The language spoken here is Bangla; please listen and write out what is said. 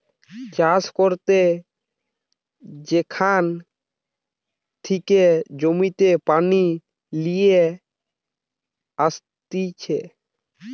চাষ করতে যেখান থেকে জমিতে পানি লিয়ে আসতিছে